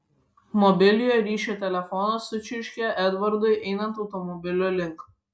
mobiliojo ryšio telefonas sučirškė edvardui einant automobilio link